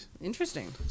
Interesting